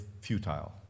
futile